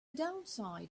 downside